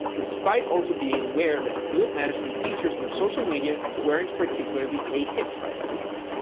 despite also being aware that group management features in social media weren't particularly a hit by that time.